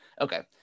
Okay